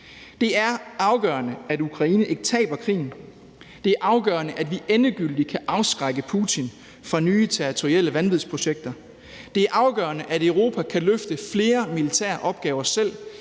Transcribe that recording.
Det er afgørende, at Ukraine ikke taber krigen. Det er afgørende, at vi endegyldigt kan afskrække Putin fra nye territorielle vanvidsprojekter. Det er afgørende, at Europa kan løfte flere militære opgaver selv